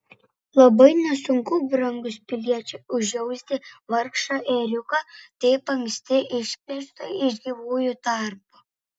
labai nesunku brangūs piliečiai užjausti vargšą ėriuką taip anksti išplėštą iš gyvųjų tarpo